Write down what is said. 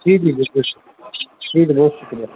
جی جی بالکل شکریہ بہت شکریہ